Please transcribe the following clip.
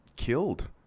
Killed